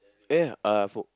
ya uh poke